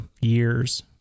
years